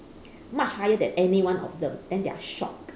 much higher than anyone of them then they are shocked